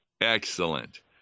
Excellent